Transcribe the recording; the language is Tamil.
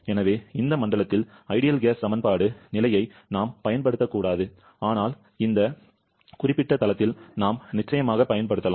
எனவே இந்த மண்டலத்தில் ஐடியல் வாயு சமன்பாடு நிலையை நாம் பயன்படுத்தக்கூடாது ஆனால் இந்த குறிப்பிட்ட தளத்தில் நாம் நிச்சயமாக பயன்படுத்தலாம்